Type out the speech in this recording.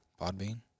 Podbean